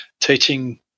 Teaching